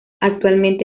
actualmente